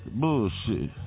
bullshit